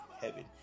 heaven